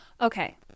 Okay